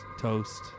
toast